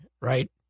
right